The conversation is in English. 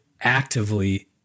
actively